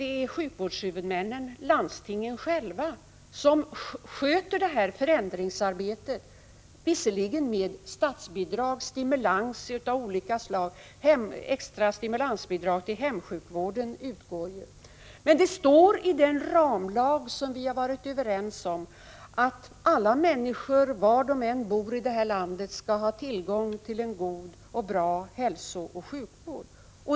Det är sjukvårdshuvudmännen, landstingen själva, som sköter förändringsarbetet på detta område, även om det ges statsbidrag och stimulans av olika slag — extra stimulansbidrag till hemsjukvården utgår bl.a. Men det står i den ramlag som vi har varit överens om att alla människor, var de än bor i landet, skall ha tillgång till en god och bra hälsooch sjukvård.